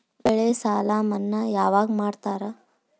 ಬೆಳೆ ಸಾಲ ಮನ್ನಾ ಯಾವಾಗ್ ಮಾಡ್ತಾರಾ?